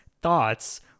thoughts